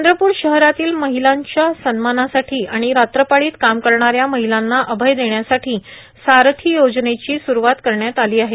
चंद्रप्र शहरातील महिलांच्या सन्मानासाठी आणि रात्रपाळीत काम करणाऱ्या महिलांना अभय देण्यासाठी सारथी योजनेची सुरुवात करण्यात आली आहे